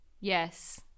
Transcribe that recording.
Yes